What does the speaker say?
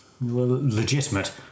legitimate